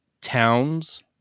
towns